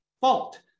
fault